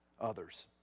others